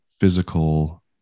physical